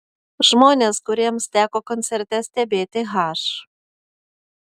žmonės kuriems teko koncerte stebėti h